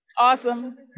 Awesome